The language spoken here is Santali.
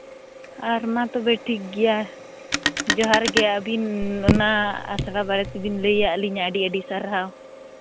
ᱟᱨ ᱢᱟ ᱛᱚᱵᱮ ᱴᱷᱤᱠ ᱜᱮᱭᱟ ᱡᱚᱦᱟᱨ ᱜᱮ ᱟᱹᱵᱤᱱ ᱚᱱᱟ ᱟᱥᱲᱟ ᱵᱟᱨᱮ ᱛᱮᱵᱮᱱ ᱞᱟᱹᱭᱟᱜ ᱞᱤᱧᱟ ᱟᱹᱰᱤ ᱟᱹᱰᱤ ᱥᱟᱨᱦᱟᱣ